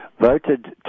voted